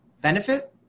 benefit